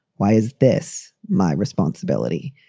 why is this my responsibility?